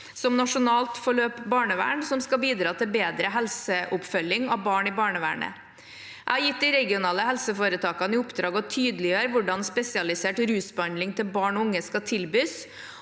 som nasjonalt forløp barnevern, som skal bidra til bedre helseoppføl ging av barn i barnevernet. Jeg har gitt de regionale helseforetakene i oppdrag å tydeliggjøre hvordan spesialisert rusbehandling til barn og unge skal tilbys,